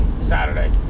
Saturday